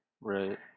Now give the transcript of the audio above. Right